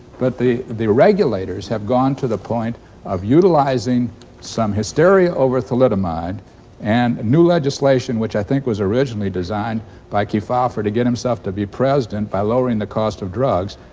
but the the regulators have gone to the point of utilizing some hysteria over thalidomide and new legislation which i think was originally designed by kefauver, to get himself to be president by lowering the cost of drugs,